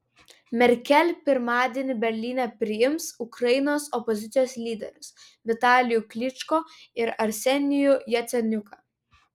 merkel pirmadienį berlyne priims ukrainos opozicijos lyderius vitalijų klyčko ir arsenijų jaceniuką